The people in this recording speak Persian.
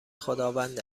خداوند